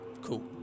Cool